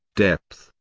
depth,